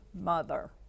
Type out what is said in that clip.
mother